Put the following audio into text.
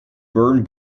burn